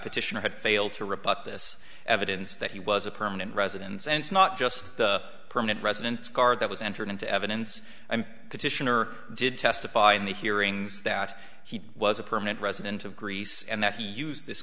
petitioner had failed to rip up this evidence that he was a permanent residence and not just the permanent resident card that was entered into evidence and petitioner did testify in the hearings that he was a permanent resident of greece and that he used this